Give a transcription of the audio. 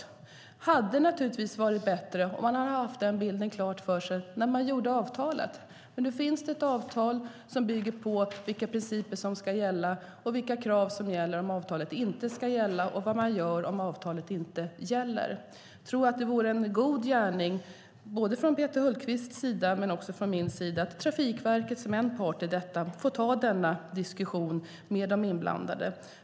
Det hade naturligtvis varit bättre om man hade haft den bilden klar för sig när man gjorde avtalet. Men nu finns det ett avtal som bygger på vilka principer som ska gälla och vilka krav som gäller om avtalet inte ska gälla och vad man gör om avtalet inte gäller. Jag tror att det vore en god gärning från Peter Hultqvists sida men också från min sida att låta Trafikverket, som en part i detta, ta denna diskussion med de inblandade.